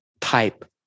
type